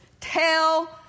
tell